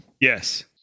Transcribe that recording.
Yes